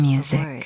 Music